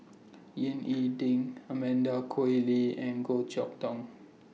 Ying E Ding Amanda Koe Lee and Goh Chok Tong